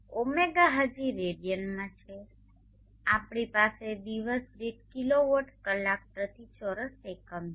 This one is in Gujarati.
ઓમેગા હજી રેડિયનમાં છે આપણી પાસે દિવસ દીઠ કિલોવોટ કલાક પ્રતિ ચોરસ એકમ છે